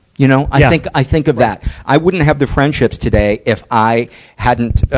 you know. i think, i think of that. i wouldn't have the friendships today if i hadn't, ah,